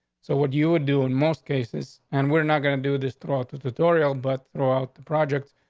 so what you would do in most cases and we're not gonna do this throat editorial. but throughout the project,